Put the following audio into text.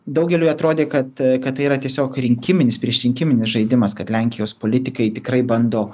daugeliui atrodė kad kad tai yra tiesiog rinkiminis priešrinkiminis žaidimas kad lenkijos politikai tikrai bando